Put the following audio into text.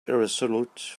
irresolute